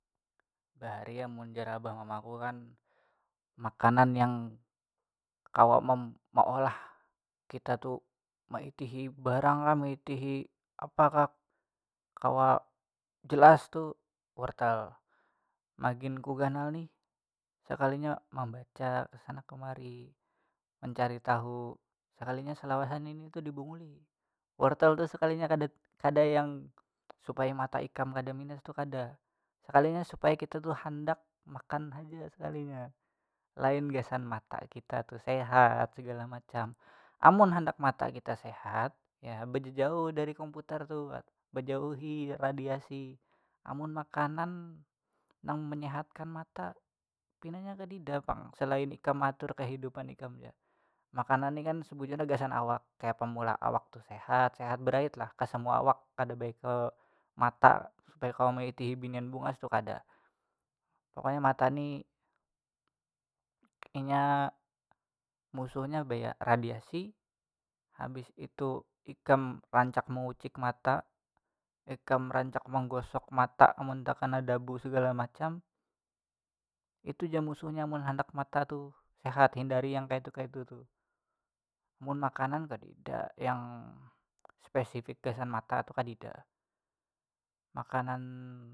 Bahari amun jar abah mama ku kan makanan yang kawa mem- maolah kita tuh maitihi barang lah maitihi apa kah kawa jelas tu wortel magin ku ganal nih sekalinya membaca ke sana kemari mencari tahu sekalinya selawasan ini tuh dibunguli wortel tu sekalinya kada kada yang supaya mata ikam kada mines tu kada sekalinya supaya kita tuh handak makan haja sekalinya lain gasan mata kita tu sehat segala macam amun handak mata kita sehat ya bejejauh dari komputer tu pang bejauhi radiasi amun makanan nang menyehatkan mata pinanya kadada pang selain ikam meatur kehidupan ikam ja makanan nih kan sebujurnya gasan awak kayapa maulah awak tu sehat sehat berait lah kesemua awak kada baya ke mata supaya kawa maitihi binian bungas tu kada pokoknya mata ni inya musuhnya baya radiasi habis itu ikam rancak mangucik mata ikam rancak manggosok mata amun tekana dabu segala macam itu ja musuhnya mun handak mata tu sehat hindari yang kaitu kaitu tuh mun makanan kadada yang spesifik gasan mata tu kadada makanan.